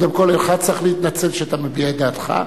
קודם כול, אינך צריך להתנצל על שאתה מביע את דעתך.